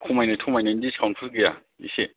खमायनो थमायनो डिस्काउन्टफोर गैया एसे